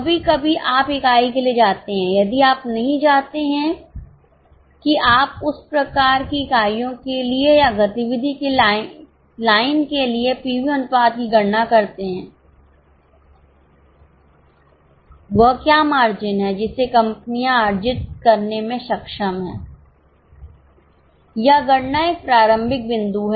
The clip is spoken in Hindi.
कभी कभी आप इकाई के लिए जाते हैं यदि आप नहीं जाते हैं कि आप उस प्रकार की इकाइयों के लिए या गतिविधि की लाइन के लिए पीवी अनुपात की गणना करते हैं वह क्या मार्जिन है जिसे कंपनियां अर्जित करने में सक्षम हैं यह गणना एक प्रारंभिक बिंदु है